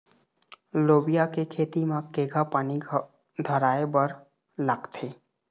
लोबिया के खेती म केघा पानी धराएबर लागथे?